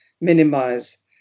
minimize